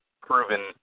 proven